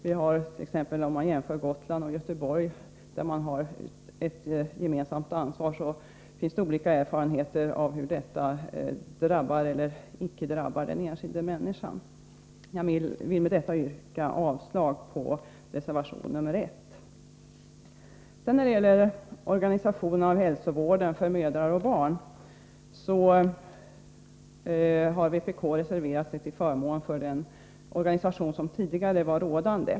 Vid jämförelser med Gotland och Göteborg, där man har gemensamt ansvar, kan det konstateras att man har olika erfarenheter av hur samverkan drabbar eller icke drabbar den enskilda människan. Jag vill med detta yrka avslag på reservation 1. När det sedan gäller organisationen av hälsovården för mödrar och barn har vpk reserverat sig till förmån för den organisation som tidigare varit rådande.